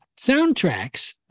soundtracks